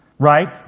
right